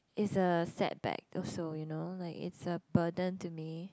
is a setback also you know like it's a burden to me